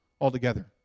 altogether